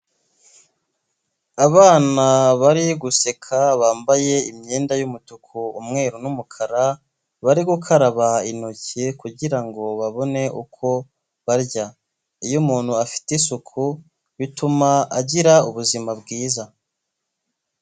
Abana bari guseka bambaye imyenda y'umutuku, umweru n'umukara bari gukaraba intoki kugirango babone uko barya, iyo umuntu afite isuku bituma agira ubuzima bwiza.